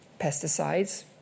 pesticides